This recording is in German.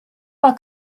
war